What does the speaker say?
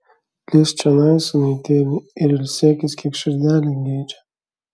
lįsk čionai sūnaitėli ir ilsėkis kiek širdelė geidžia